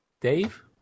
Dave